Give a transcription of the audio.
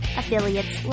affiliates